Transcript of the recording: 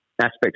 aspects